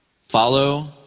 Follow